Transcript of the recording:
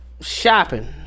shopping